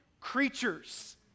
creatures